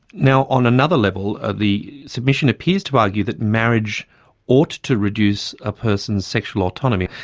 now, on another level ah the submission appears to argue that marriage ought to reduce a person's sexual autonomy,